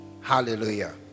Hallelujah